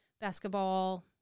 basketball